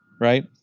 right